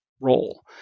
role